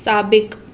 साबिक़ु